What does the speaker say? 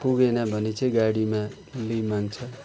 पुगेन भने चाहिँ गाडीमा ल्याइमाग्छ